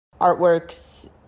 Artworks